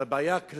על הבעיה הכללית.